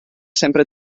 sempre